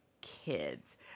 kids